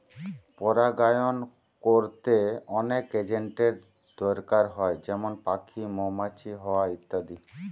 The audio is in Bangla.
পরাগায়ন কোরতে অনেক এজেন্টের দোরকার হয় যেমন পাখি, মৌমাছি, হাওয়া ইত্যাদি